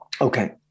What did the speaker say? Okay